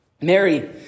Mary